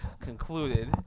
concluded